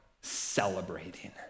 celebrating